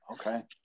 Okay